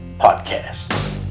Podcasts